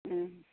ও